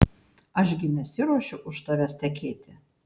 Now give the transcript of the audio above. aš gi nesiruošiu už tavęs tekėti